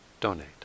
donate